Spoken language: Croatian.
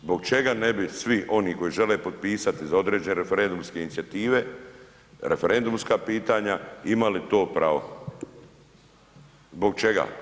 Zbog čega ne bi svi oni koji žele potpisati za određene referendumske inicijative referendumska pitanja imali to pravo, zbog čega?